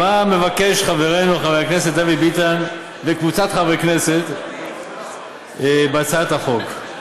מה מבקשים חברנו חבר הכנסת דוד ביטן וקבוצת חברי הכנסת בהצעת החוק,